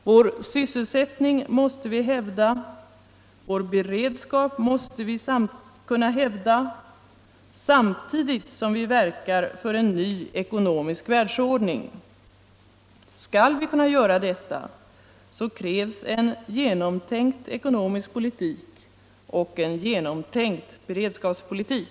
Vår sysselsättning måste vi hävda och vår beredskap måste vi också kunna hävda samtidigt som vi verkar för en ny ekonomisk världsordning. Skall vi kunna göra detta så krävs en genomtänkt ekonomisk politik och en genomtänkt beredskapspolitik.